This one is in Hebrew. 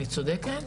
אני צודקת?